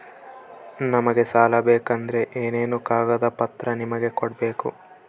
ನಮಗೆ ಸಾಲ ಬೇಕಂದ್ರೆ ಏನೇನು ಕಾಗದ ಪತ್ರ ನಿಮಗೆ ಕೊಡ್ಬೇಕು?